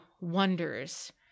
wonders